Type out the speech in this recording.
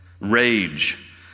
Rage